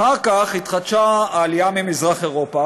אחר כך התחדשה העלייה ממזרח אירופה,